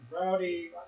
Rowdy